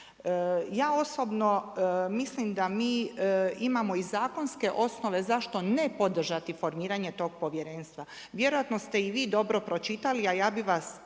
Ja osobno mislim da mi imamo i zakonske osnove zašto ne podržati formiranje tog povjerenstva. Vjerojatno ste i vi dobro pročitali a ja bih vas još